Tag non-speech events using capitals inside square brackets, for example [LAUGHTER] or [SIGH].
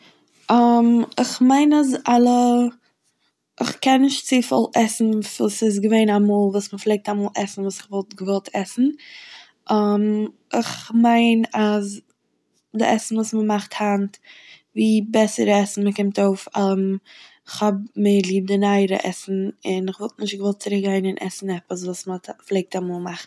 איך מיין אז אלע- איך קען נישט צופיל עסן וואס איז געווען אמאל וואס מ'פלעגט אמאל עסן וואס כ'וואלט געוואלט עסן, [HESITATION] איך מיין אז די עסן וואס מ'מאכט היינט ווי בעסערע עסן מ'קומט אויף, [HESITATION] כ'האב מער ליב די נייערע עסן און כ'וואלט נישט געוואלט צוריקגיין און עסן עפעס וואס מ'הא- מ'פלעגט אמאל מאכן.